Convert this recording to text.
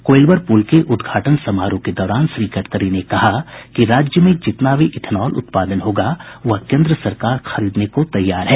कोइलवर पुल के उद्घाटन समारोह के दौरान श्री गडकरी ने कहा कि राज्य में जितना भी इथनॉल उत्पादन होगा वह केन्द्र सरकार खरीदने के लिए तैयार है